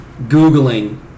Googling